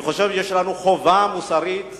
אני חושב שיש לנו חובה מוסרית